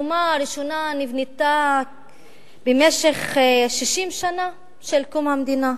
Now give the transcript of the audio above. הקומה הראשונה נבנתה במשך 60 שנה של קום המדינה,